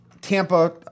Tampa